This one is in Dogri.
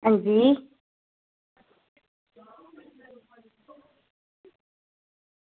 हां जी